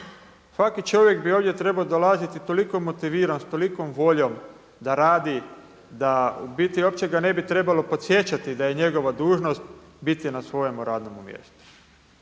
Svaki čovjek bi ovdje trebao dolaziti toliko motiviran, s tolikom voljom da radi da u biti uopće ga ne bi trebalo podsjećati da je njegova dužnost biti na svojemu radnome mjestu.